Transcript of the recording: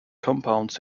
compounds